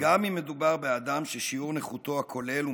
גם אם מדובר באדם ששיעור נכותו הכולל הוא